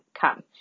come